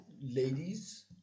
Ladies